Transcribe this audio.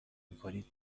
میکنید